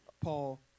Paul